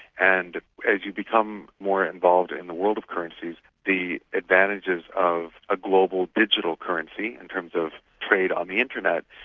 and as you become more involved in the world of currencies, the advantages of a global digital currency in terms of trade on the internet,